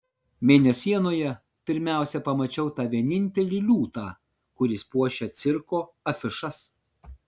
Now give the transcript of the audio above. mėnesienoje pirmiausia pamačiau tą vienintelį liūtą kuris puošia cirko afišas